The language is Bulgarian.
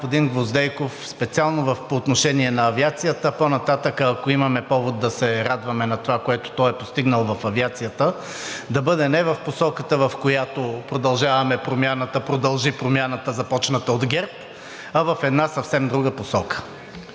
господин Гвоздейков специално по отношение на авиацията, по нататък ако имаме повод да се радваме на това, което той е постигнал в авиацията, да бъде не в посоката, в която „Продължаваме Промяната“ продължи промяната, започната от ГЕРБ, а в една съвсем друга посока.